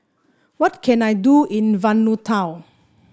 what can I do in Vanuatu